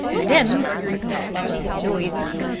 and him well you know his knack.